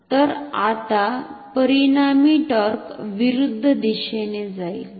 तर आता परिणामी टॉर्क विरुद्ध दिशेने जाईल